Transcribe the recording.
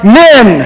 men